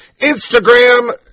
Instagram